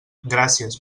gràcies